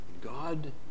God